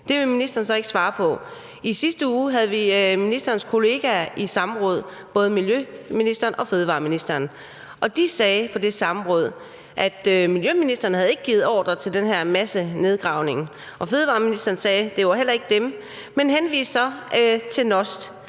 Det vil ministeren så ikke svare på. I sidste uge havde vi ministerens kollegaer i samråd, både miljøministeren og fødevareministeren. De sagde på det samråd, at miljøministeren ikke havde givet ordre til den her massenedgravning, og fødevareministeren sagde, at det heller ikke var dem, men henviste så til NOST.